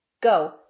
go